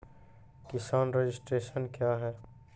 किसान रजिस्ट्रेशन क्या हैं?